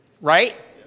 Right